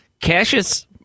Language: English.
Cassius